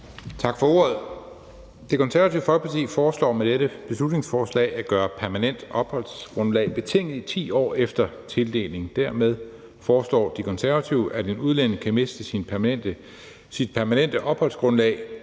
Tak for ordet. Det Konservative Folkeparti foreslår med dette beslutningsforslag at gøre permanent opholdsgrundlag betinget i 10 år efter tildeling. Dermed foreslår De Konservative, at en udlænding kan miste sit permanente opholdsgrundlag